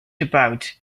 about